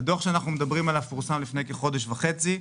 הדוח שאנחנו מדברים עליו פורסם לפני כחודש וחצי.